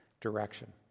direction